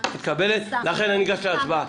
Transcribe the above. פשרה שתתקבל, לכן ניגש להצבעה.